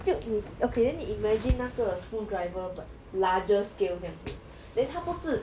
就你 okay then 你 imagine 那个 screwdriver but larger scale 这样子 then 他不是